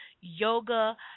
yoga